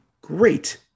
great